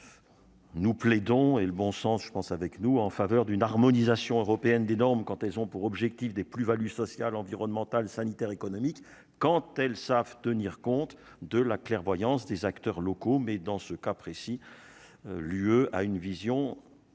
Nous plaidons et le bon sens, je pense avec nous en faveur d'une harmonisation européenne des normes quand elles ont pour objectif des plus-values, sociales, environnementales, sanitaires économique quand elles savent tenir compte de la clairvoyance des acteurs locaux, mais dans ce cas précis, l'UE a une vision